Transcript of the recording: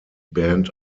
band